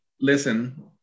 Listen